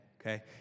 okay